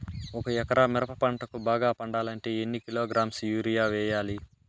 ఒక ఎకరా మిరప పంటకు బాగా పండాలంటే ఎన్ని కిలోగ్రామ్స్ యూరియ వెయ్యాలి?